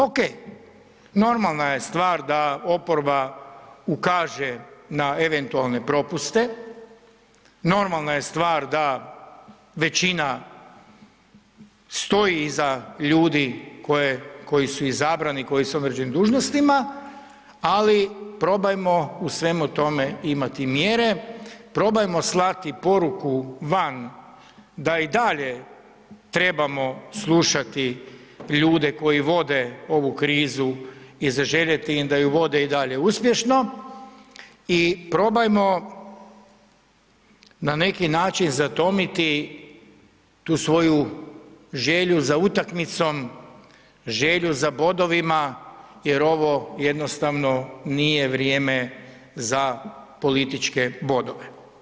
Okej, normalna je stvar da oporba ukaže na eventualne propuste, normalna je stvar da većina stoji iza ljudi koji su izabrani, koji su na određenim dužnostima, ali probajmo u svemu tome imati mjere, probajmo slati poruku van da i dalje trebamo slušati ljude koji vode ovu krizu i zaželjeti im da ju vode i dalje uspješno i probajmo, na neki način zatomiti tu svoju želju za utakmicom, želju za bodovima jer ovo jednostavno nije vrijeme za političke bodove.